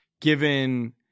given